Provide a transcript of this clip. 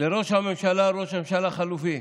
לראש הממשלה, לראש ממשלה החלופי: